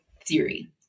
theory